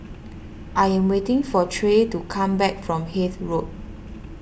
I am waiting for Trey to come back from Hythe Road